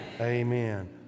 Amen